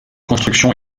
construction